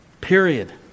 Period